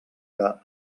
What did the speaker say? que